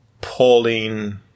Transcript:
Pauline